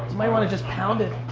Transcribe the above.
might wanna just pound it,